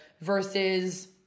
versus